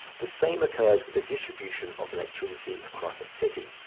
the same occurs with the distribution of electricity across a city.